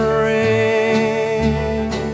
ring